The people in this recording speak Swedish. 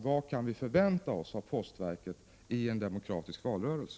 Vad kan vi förvänta oss av postverket i en demokratisk valrörelse?